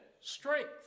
strength